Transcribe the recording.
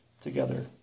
together